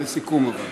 לסיכום אבל.